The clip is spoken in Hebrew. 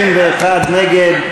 61 נגד,